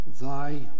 Thy